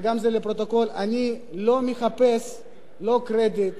וזה גם לפרוטוקול: אני לא מחפש קרדיט,